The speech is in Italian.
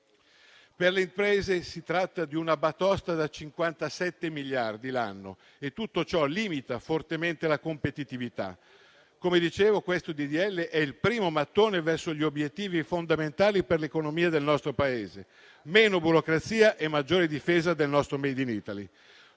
Per le imprese si tratta di una batosta da 57 miliardi l'anno e tutto ciò limita fortemente la competitività. Come dicevo, questo disegno di legge è il primo mattone verso gli obiettivi fondamentali per l'economia del nostro Paese: meno burocrazia e maggiore difesa del nostro *made in Italy*.